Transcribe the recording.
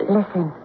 Listen